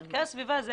ערכי הסביבה,